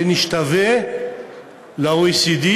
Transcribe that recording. נשתווה ל-OECD,